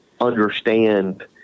understand